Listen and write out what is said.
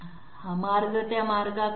हा मार्ग त्या मार्गाकडे